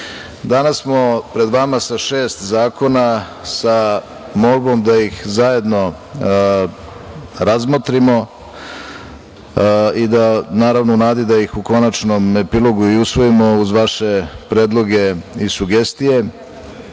smo pred vama sa šest zakona, sa molbom da ih zajedno razmotrimo i da, naravno, u nadi da ih u konačnom epilogu i usvojimo uz vaše predloge i sugestije,